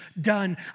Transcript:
done